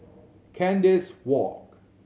Kandis Walk